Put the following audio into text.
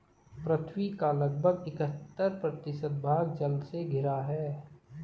पृथ्वी का लगभग इकहत्तर प्रतिशत भाग जल से घिरा हुआ है